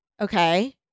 Okay